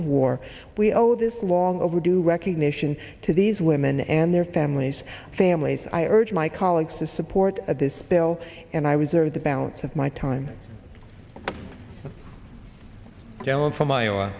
of war we owe this long overdue recognition to these women and their families families i urge my colleagues to support this bill and i was or the balance of my time down from iowa